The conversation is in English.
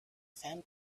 sand